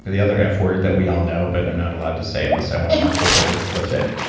the other f word that we all know but i'm not allowed to say unless i want to mark this as explicit,